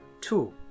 Two